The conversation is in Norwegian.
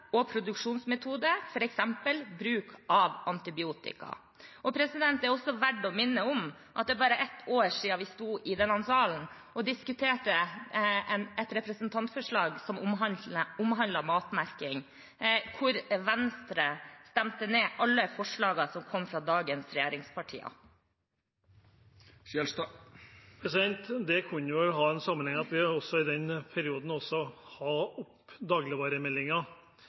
og produksjonsmetode, f.eks. bruk av antibiotika. Det er også verdt å minne om at det bare er ett år siden vi sto i denne salen og diskuterte et representantforslag som omhandlet matmerking, hvor Venstre stemte ned alle forslagene som kom fra dagens regjeringspartier. Det kunne vel ha en sammenheng med at vi i den perioden også